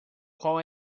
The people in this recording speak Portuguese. qual